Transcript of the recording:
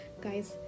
guys